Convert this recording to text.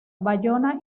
bayona